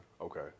Okay